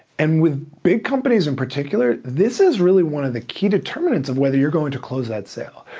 and with big companies in particular, this is really one of the key determinants of whether you're going to close that sale.